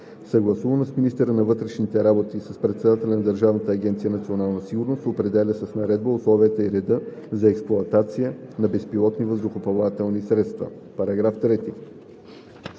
съгласувано с министъра на вътрешните работи и с председателя на Държавна агенция „Национална сигурност“ определя с наредба условията и реда за експлоатация на безпилотни въздухоплавателни средства.“